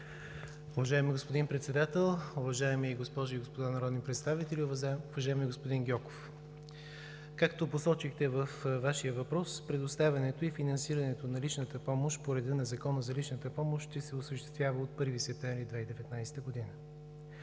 Уважаеми господин Председател, уважаеми госпожи и господа народни представители! Уважаеми господин Гьоков, както посочихте във Вашия въпрос, предоставянето и финансирането на личната помощ по реда на Закона за личната помощ ще се осъществява от 1 септември 2019 г.